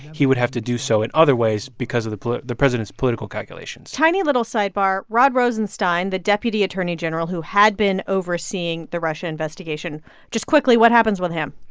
he would have to do so in other ways because of the the president's political calculations tiny, little sidebar rod rosenstein, the deputy attorney general who had been overseeing the russia investigation just quickly, what happens with him?